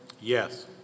Yes